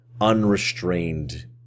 unrestrained